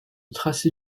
tracé